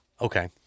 okay